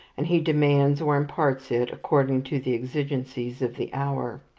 and he demands or imparts it according to the exigencies of the hour.